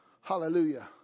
Hallelujah